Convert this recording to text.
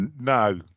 No